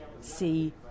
see